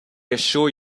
assure